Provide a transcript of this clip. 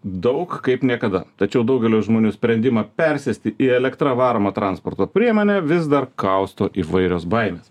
daug kaip niekada tačiau daugelio žmonių sprendimą persėsti į elektra varomą transporto priemonę vis dar kausto įvairios baimės